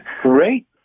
great